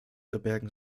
verbergen